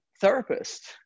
therapist